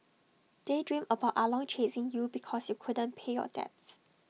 daydream about ah long chasing you because you couldn't pay your debts